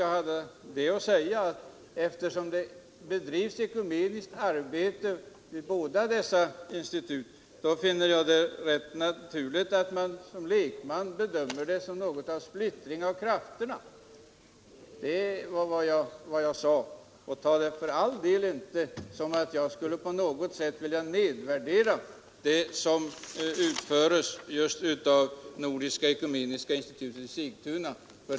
Jag sade också att eftersom det bedrivs ekumeniskt arbete i båda dessa institut finner jag det rätt naturligt att man som lekman bedömer det som en splittring av krafterna. Uppfatta för all del inte detta så att jag skulle vilja nedvärdera det arbete som utförs av Nordiska ekumeniska institutet i Sigtuna!